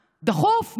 דחוף,